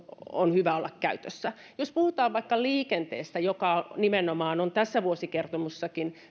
on hyvä olla käytössä jos puhutaan vaikka liikenteestä jonka päästökehitystä nimenomaan tässä vuosikertomuksessakin